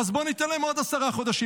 בואו ניתן להם עוד עשרה חודשים,